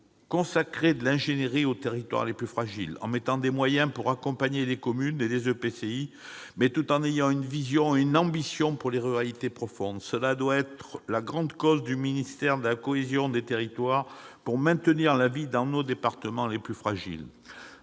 Il faut consacrer de l'ingénierie aux territoires les plus fragiles, en prévoyant des moyens pour accompagner les communes et les EPCI, mais surtout en ayant une vision et une ambition pour les ruralités profondes. Cela doit être une grande cause du ministère de la cohésion des territoires pour maintenir la vie dans nos départements les plus fragiles.